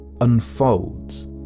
unfolds